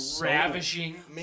ravishing